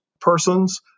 persons